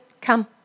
come